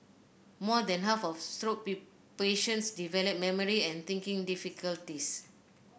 more than half of stroke patients develop memory and thinking difficulties